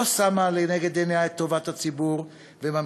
לא שמה לנגד עיניה את טובת הציבור וממשיכה